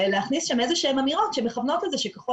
להכניס שם איזשהן אמירות שמכוונות את זה שככל